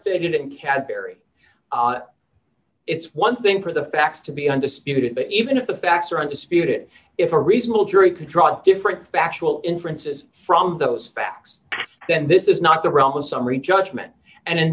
stated in cadbury it's one thing for the facts to be undisputed but even if the facts are undisputed if a reasonable jury could draw a different factual inferences from those facts then this is not the realm of summary judgment and in